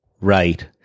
Right